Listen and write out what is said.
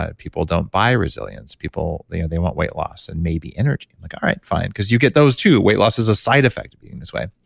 ah people don't buy resilience. people, they want weight loss and maybe energy. and like all right. fine. because you get those too, weight loss is a side effect of being this way.